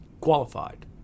qualified